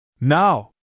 Now